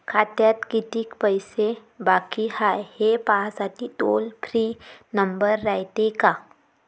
खात्यात कितीक पैसे बाकी हाय, हे पाहासाठी टोल फ्री नंबर रायते का?